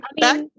Back